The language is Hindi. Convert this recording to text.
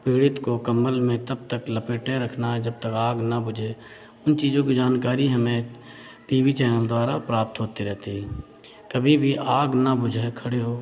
पीड़ित को कंबल में तब तक लपेटे रखना है जब तक आग ना बुझे उन चीज़ों की जानकारी हमें टी वी चैनल द्वारा प्राप्त होती रहती हैं कभी भी आग ना बुझे खड़े हो